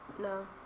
No